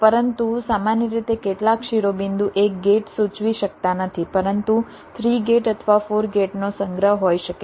પરંતુ સામાન્ય રીતે કેટલાક શિરોબિંદુ એક ગેટ સૂચવી શકતા નથી પરંતુ 3 ગેટ અથવા 4 ગેટનો સંગ્રહ હોઈ શકે છે